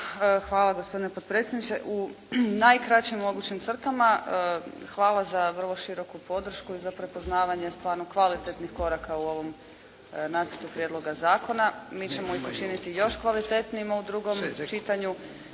hvala gospodine potpredsjedniče. U najkraćim mogućim crtama hvala za vrlo široku podršku i za prepoznavanje stvarno kvalitetnih koraka u ovom nacrtu prijedloga zakona. Mi ćemo ih učiniti još kvalitetnijima u drugom čitanju.